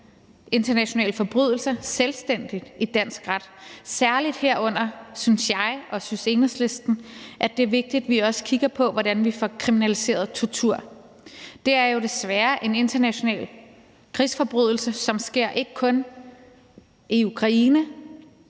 internationale forbrydelser selvstændigt i dansk ret, herunder synes jeg og synes Enhedslisten særlig, at det er vigtigt, at vi også kigger på, hvordan vi får kriminaliseret tortur. Det er jo desværre en international krigsforbrydelse, som sker ikke kun i Ukraine